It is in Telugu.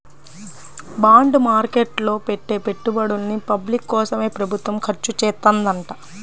బాండ్ మార్కెట్ లో పెట్టే పెట్టుబడుల్ని పబ్లిక్ కోసమే ప్రభుత్వం ఖర్చుచేత్తదంట